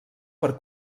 per